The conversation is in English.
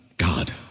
God